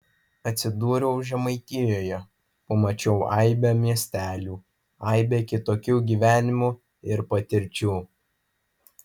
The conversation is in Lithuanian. atsidūriau žemaitijoje pamačiau aibę miestelių aibę kitokių gyvenimų ir patirčių